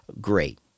Great